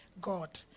God